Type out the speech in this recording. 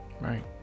Right